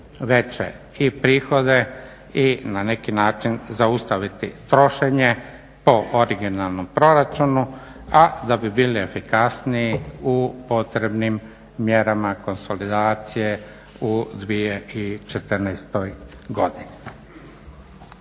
veće i prihode i na neki način zaustaviti trošenje po originalnom proračunu, a da bi bili efikasniji u potrebnim mjerama konsolidacije u 2014. godini.